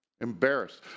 Embarrassed